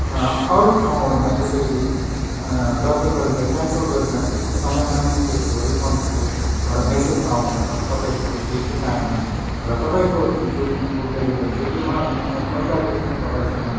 अरू ठाउँहरूमा यसरी रद्द गरिँदा क्यान्सल गरिँदाखेरि त समयमा नै त्यसको रिफन्डको एउटा मेसेज त आउँछ तर तपाईँकोबाट केही पनि आएन र तपाईँको जुन चाहिँ फुड डेलिभरी छ यो म पहिलादेखि नै तपाईँसँग